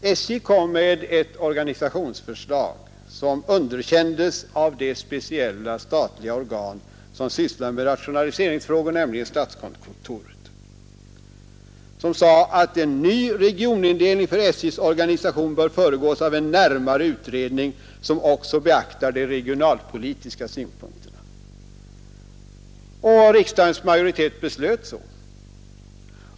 SJ kom med ett organisationsförslag som underkändes av det speciella statliga organ som sysslar med rationaliseringsfrågor, nämligen statskontoret, som sade att en ny regionindelning för SJ:s organisation bör föregås av en närmare utredning som också beaktar de regionalpolitiska synpunkterna. Detta beslöt riksdagens majoritet.